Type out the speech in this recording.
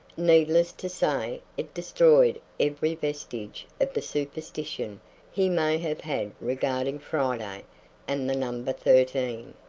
needless to say, it destroyed every vestige of the superstition he may have had regarding friday and the number thirteen.